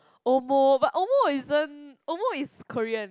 omo but omo isn't omo is Korean